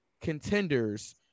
contenders